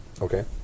Okay